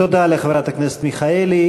תודה לחברת הכנסת מיכאלי.